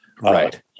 Right